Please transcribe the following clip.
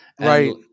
Right